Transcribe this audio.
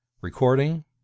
Recording